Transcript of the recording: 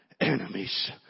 enemies